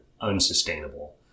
unsustainable